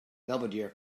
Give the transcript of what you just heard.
belvedere